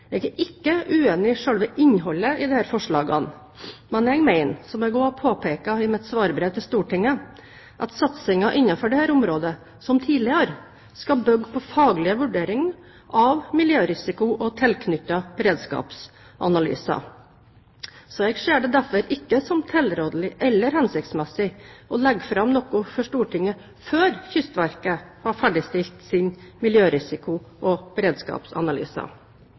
Jeg er ikke uenig i selve innholdet i disse forslagene. Men jeg mener, som jeg også har påpekt i mitt svarbrev til Stortinget, at satsingen innenfor dette området, som tidligere, skal bygge på faglige vurderinger av miljørisiko og tilknyttede beredskapsanalyser. Jeg ser det derfor ikke som tilrådelig eller hensiktsmessig å legge fram noe for Stortinget før Kystverket har ferdigstilt sine miljørisiko- og